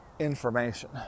information